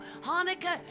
Hanukkah